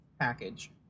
package